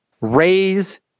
raise